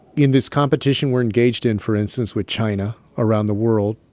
in this competition we're engaged in, for instance, with china around the world.